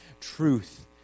truth